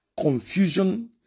confusion